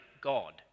God